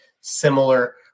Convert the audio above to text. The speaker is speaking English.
similar